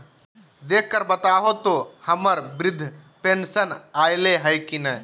देख कर बताहो तो, हम्मर बृद्धा पेंसन आयले है की नय?